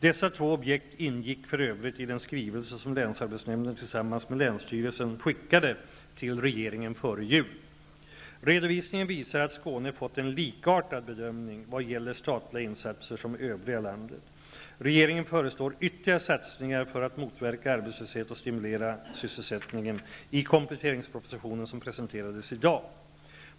Dessa två objekt ingick för övrigt i den skrivelse som länsarbetsnämnden tillsammans med länsstyrelsen skickade till regeringen före jul. Redovisningen visar att Skåne har fått en likartad bedömning vad gäller statliga instaser som övriga landet. Regeringen föreslår ytterligare satsningar för att motverka arbetslöshet och stimulera sysselsättningen i kompletteringspropositionen, som presenteras i dag.